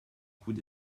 coups